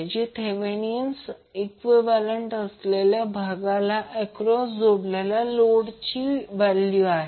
जी Thevenin समतुल्य असलेल्या भागाला अक्रॉस जोडलेल्या लोडची आहे